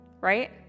right